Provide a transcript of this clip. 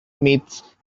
myths